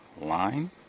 line